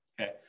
Okay